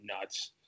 nuts